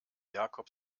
jakob